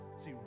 See